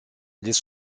les